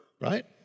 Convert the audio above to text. Right